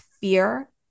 fear